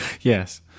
Yes